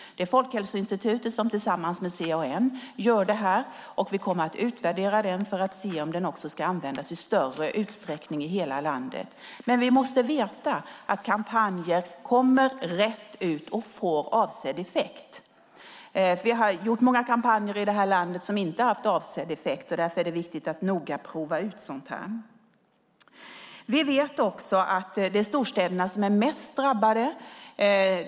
Det är Folkhälsoinstitutet som tillsammans med CAN gör detta, och vi kommer att utvärdera kampanjen för att se om den ska användas i större utsträckning i hela landet. Vi måste dock veta att kampanjer kommer rätt ut och får avsedd effekt. Vi har gjort många kampanjer i det här landet som inte har haft avsedd effekt, och därför är det viktigt att noga prova ut sådant här. Vi vet också att det är storstäderna som är mest drabbade.